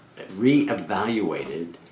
reevaluated